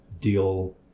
deal